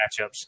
matchups